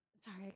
Sorry